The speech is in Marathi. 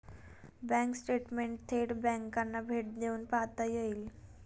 बँक स्टेटमेंटही थेट बँकांना भेट देऊन पाहता येईल